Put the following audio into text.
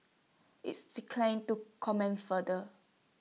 is declined to comment further